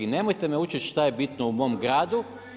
I nemojte me učiti šta je bitno u mom gradu.